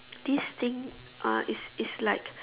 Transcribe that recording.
these thing uh is is like